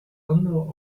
unknown